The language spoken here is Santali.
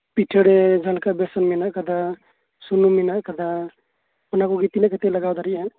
ᱯᱤᱴᱷᱟᱹᱨᱮ ᱡᱟᱦᱟᱸ ᱞᱮᱠᱟ ᱵᱮᱥᱚᱱ ᱢᱮᱱᱟᱜ ᱠᱟᱫᱟ ᱥᱩᱱᱩᱢ ᱢᱮᱱᱟᱜ ᱠᱟᱫᱟ ᱚᱱᱟ ᱠᱚᱜᱮ ᱛᱤᱱᱟᱹᱜ ᱠᱟᱛᱮ ᱞᱟᱜᱟᱣ ᱫᱟᱲᱮᱭᱟᱜᱼᱟ